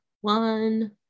one